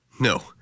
No